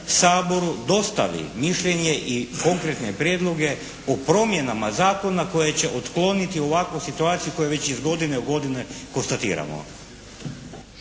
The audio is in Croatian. Saboru dostavi mišljenje i konkretne prijedloge o promjenama zakona koje će otkloniti ovakvu situaciju koju već iz godine u godinu konstatiramo.